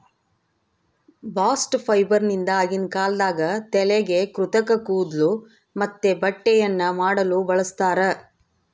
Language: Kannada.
ಬಾಸ್ಟ್ ಫೈಬರ್ನಿಂದ ಆಗಿನ ಕಾಲದಾಗ ತಲೆಗೆ ಕೃತಕ ಕೂದ್ಲು ಮತ್ತೆ ಬಟ್ಟೆಯನ್ನ ಮಾಡಲು ಬಳಸ್ತಾರ